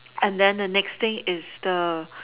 and then the next thing is the